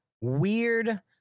weird